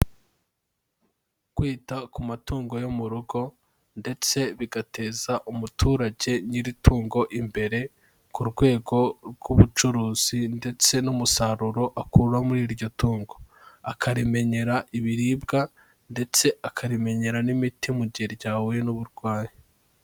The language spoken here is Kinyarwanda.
Kwita ku matungo yo mu rugo, ndetse bigateza umuturage nyir'itungo imbere, ku rwego rw'ubucuruzi ndetse n'umusaruro akura muri iryo tungo. Akarimenyera ibiribwa, ndetse akarimenyera n'imiti mu gihe ryahuye n'uburwayi.